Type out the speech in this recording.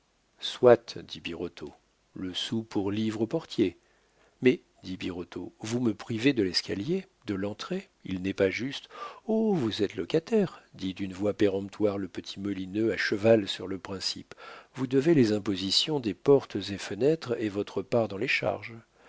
soit dit birotteau le sou pour livre au portier mais dit birotteau vous me privez de l'escalier de l'entrée il n'est pas juste oh vous êtes locataire dit d'une voix péremptoire le petit molineux à cheval sur le principe vous devez les impositions des portes et fenêtres et votre part dans les charges